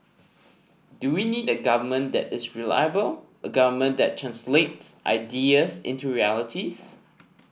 do we need a government that is reliable a government that translates ideas into realities